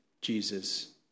Jesus